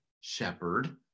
shepherd